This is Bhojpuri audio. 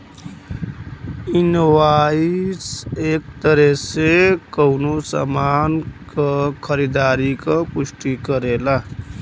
इनवॉइस एक तरे से कउनो सामान क खरीदारी क पुष्टि करेला